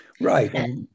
Right